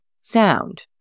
sound